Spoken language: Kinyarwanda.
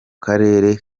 karere